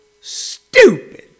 stupid